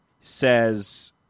says